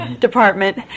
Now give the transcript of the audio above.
department